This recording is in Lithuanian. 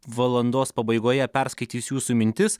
valandos pabaigoje perskaitys jūsų mintis